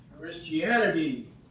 Christianity